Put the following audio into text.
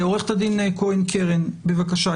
עו"ד כהן קרן, בבקשה.